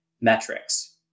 metrics